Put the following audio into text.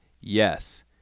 yes